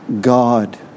God